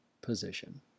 position